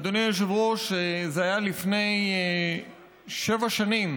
אדוני היושב-ראש, לפני שבע שנים